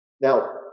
Now